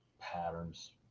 Patterns